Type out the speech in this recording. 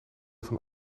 van